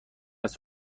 است